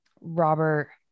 Robert